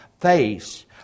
face